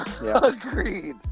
Agreed